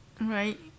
Right